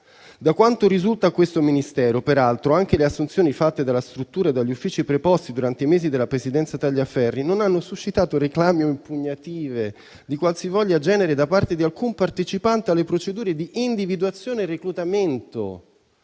Da quanto risulta a questo Ministero, peraltro, anche le assunzioni fatte dalla struttura e dagli uffici preposti durante i mesi della presidenza Tagliaferri non hanno suscitato reclami o impugnative di qualsivoglia genere da parte di alcun partecipante alle procedure di individuazione e reclutamento,